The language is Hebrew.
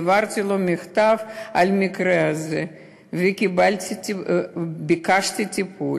העברתי לו מכתב על המקרה הזה וביקשתי טיפול.